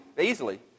easily